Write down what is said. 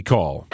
Call